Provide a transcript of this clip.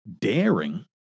daring